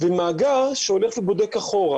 ומאגר שהולך ובודק אחורה,